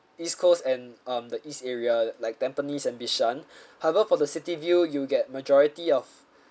east coast and um the east area like Tampines and Bishan however for the city view you'll get majority of